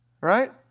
Right